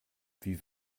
wie